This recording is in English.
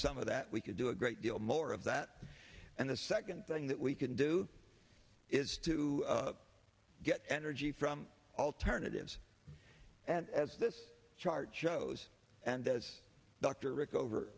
some of that we could do a great deal more of that and the second thing that we can do is to get energy from alternatives and as this chart shows and as dr rickover